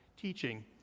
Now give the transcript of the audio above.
teaching